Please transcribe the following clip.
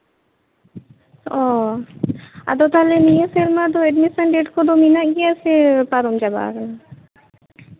ᱚ ᱟᱫᱚ ᱛᱟᱦᱚᱞᱮ ᱱᱤᱭᱟ ᱥᱮᱨᱢᱟ ᱫᱚ ᱮᱰᱢᱤᱥᱮᱱ ᱰᱮᱴ ᱠᱚᱫᱚ ᱢᱮᱱᱟᱜ ᱜᱮᱭᱟ ᱥᱮ ᱯᱟᱨᱚᱢ ᱪᱟᱞᱟᱣ ᱮᱱᱟ